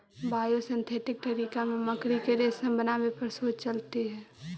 biosynthetic तरीका से मकड़ी के रेशम बनावे पर शोध चलित हई